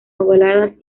ovaladas